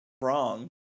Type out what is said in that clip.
wrong